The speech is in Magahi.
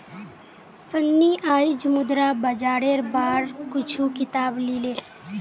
सन्नी आईज मुद्रा बाजारेर बार कुछू किताब ली ले